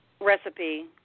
recipe